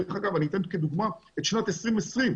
דרך אגב, אני אתן כדוגמה את שנת 2020,